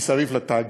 סביב התאגיד.